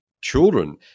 children